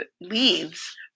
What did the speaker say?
leaves